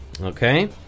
Okay